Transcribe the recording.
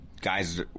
guys